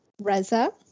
Reza